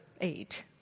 eight